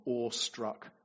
awestruck